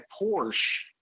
Porsche